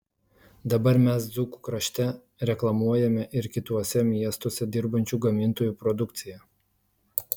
dabar mes dzūkų krašte reklamuojame ir kituose miestuose dirbančių gamintojų produkciją